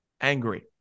angry